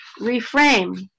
reframe